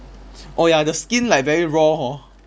oh ya the skin like very raw hor